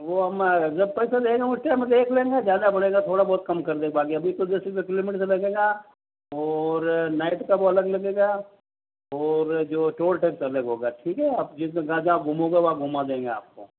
वो हम जब पैसा लेना है उस टाइम में देख लेंगे ज़्यादा बोलेगा थोड़ा बहुत कम कर देंगे बाकि अभी तो जैसे से लगेगा और नाइट का वो अलग लगेगा और जो टोल टैक्स अलग होगा ठीक है आप जिस जहाँ जहाँ आप घूमोगे वहाँ घुमा देंगे आपको